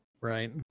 Right